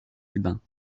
cubains